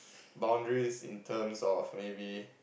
boundaries in terms of maybe